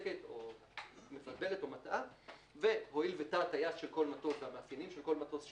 נפסקת או מבלבלת או מטעה והואיל ותא הטיס והמאפיינים של כל מטוס שונים,